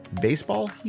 baseball